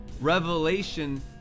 Revelation